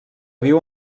viu